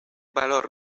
valor